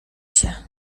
się